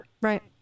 Right